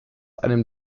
einem